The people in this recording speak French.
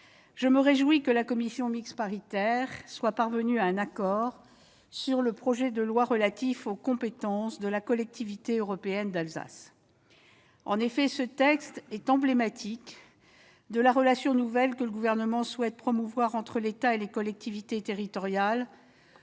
je me réjouis que la commission mixte paritaire soit parvenue à un accord sur le projet de loi relatif aux compétences de la Collectivité européenne d'Alsace. En effet, ce texte est emblématique de la relation nouvelle que le Gouvernement souhaite promouvoir entre l'État et les collectivités territoriales,